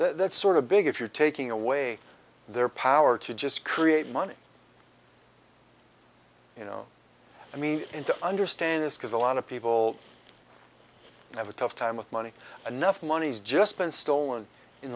so that sort of big if you're taking away their power to just create money you know i mean and to understand this because a lot of people have a tough time with money enough money's just been stolen in